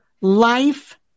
life